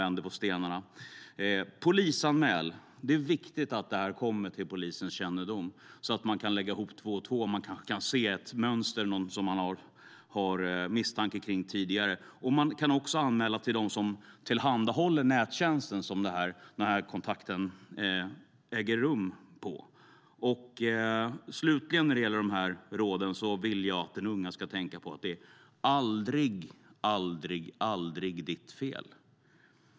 Man ska också polisanmäla detta. Det är viktigt att detta kommer till polisens kännedom, så att de kan lägga ihop två och två och kanske kan se ett mönster. Polisen har kanske misstankar mot någon sedan tidigare. Man kan också anmäla detta till dem som tillhandahåller den nättjänst där denna kontakt äger rum. Slutligen när det gäller dessa råd vill jag att dessa unga människor ska tänka på att det aldrig är deras fel.